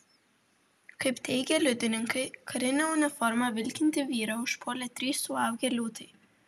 kaip teigia liudininkai karine uniforma vilkintį vyrą užpuolė trys suaugę liūtai